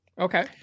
Okay